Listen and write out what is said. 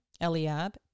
Eliab